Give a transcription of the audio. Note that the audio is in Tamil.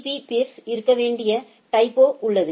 பீ பீர்ஸ் இல் இருக்க வேண்டிய டைபோ உள்ளது